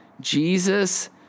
Jesus